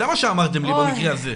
זה מה שאמרתם במקרה הזה.